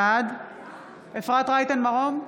בעד אפרת רייטן מרום,